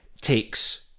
takes